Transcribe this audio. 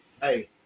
Hey